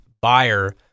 buyer